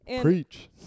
Preach